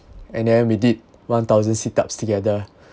and then we did one thousand sit ups together